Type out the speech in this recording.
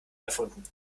erfunden